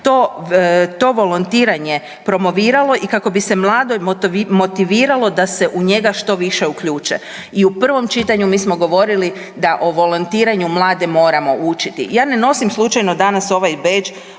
to volontiranje promoviralo i kako bi se mlade motiviralo da se u njega što više uključe. I u prvom čitanju mi smo govorili da o volontiranju mlade moramo učiti. Ja ne nosim slučajno danas ovaj bedž,